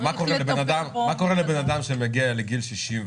מה קורה לבן-אדם שמגיע לגיל 60,